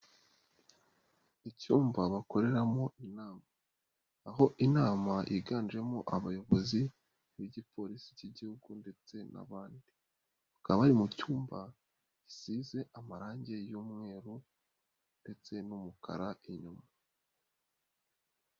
Icyumba bakoreramo inama. Aho inama yiganjemo abayobozi b'igipolisi cy'igihugu ndetse n'abandi. Bakaba bari mu cyumba gisize amarangi y'umweru, ndetse n'umukara inyuma.